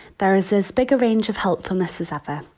there is as big a range of help from us as ever.